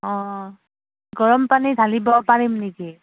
অঁ গৰম পানী ঢালিব পাৰিম নেকি